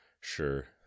sure